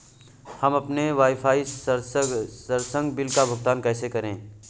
हम अपने वाईफाई संसर्ग बिल का भुगतान कैसे करें?